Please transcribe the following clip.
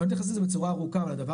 אני לא אתייחס לזה בצורה ארוכה אבל הדבר